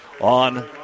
on